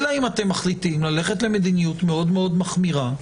אם אתם מחליטים ללכת למדיניות מאוד מאוד מחמירה,